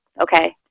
Okay